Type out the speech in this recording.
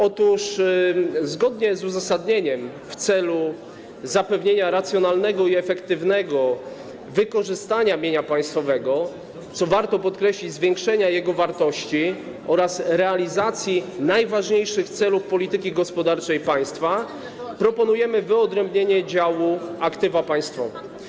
Otóż zgodnie z uzasadnieniem, w celu zapewnienia racjonalnego i efektywnego wykorzystania mienia państwowego, co warto podkreślić - zwiększenia jego wartości oraz realizacji najważniejszych celów polityki gospodarczej państwa, proponujemy wyodrębnienie działu aktywa państwowe.